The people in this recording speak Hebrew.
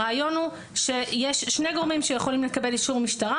הרעיון הוא שיש שני גורמים שיכולים לקבל אישור משטרה